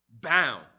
Bound